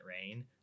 rain